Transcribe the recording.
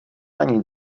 ani